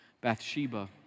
Bathsheba